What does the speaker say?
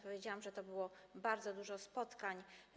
Powiedziałam, że to było bardzo dużo spotkań.